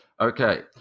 Okay